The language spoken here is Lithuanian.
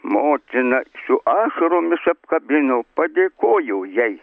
motina su ašaromis apkabino padėkojo jai